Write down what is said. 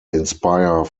inspire